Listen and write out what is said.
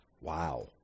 Wow